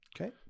okay